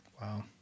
Wow